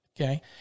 okay